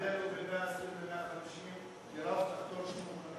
ההבדל הוא בין 120 ל-150, זה רף תחתון שמוכנים